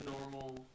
normal